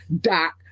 doc